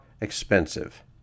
expensive